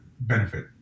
benefit